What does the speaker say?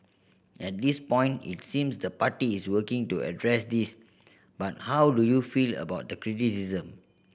at this point it seems the party is working to address this but how do you feel about the criticism